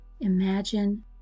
Imagine